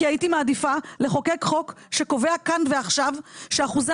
כי הייתי מעדיפה לחוקק חוק שקובע כאן ועכשיו שאחוזי